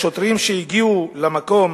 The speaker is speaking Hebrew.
השוטרים שהגיעו למקום,